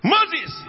Moses